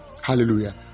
Hallelujah